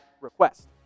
request